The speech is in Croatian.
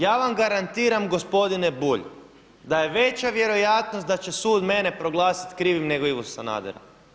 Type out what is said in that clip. Ja vam garantiram, gospodine Bulj, da je veća vjerojatnost da će sud mene proglasiti krivim nego Ivu Sanadera.